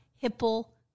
Hipple